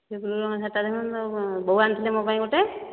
ସେ ବ୍ଲୁ ରଙ୍ଗର ଶାଢ଼ୀଟା ବୋଉ ଆଣିଥିଲେ ମୋ ପାଇଁ ଗୋଟିଏ